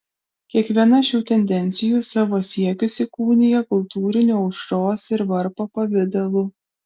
kiekviena šių tendencijų savo siekius įkūnija kultūriniu aušros ir varpo pavidalu